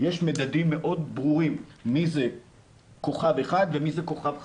יש מדדים מאוד ברורים מי זה כוכב אחד ומי זה כוכב חמישי.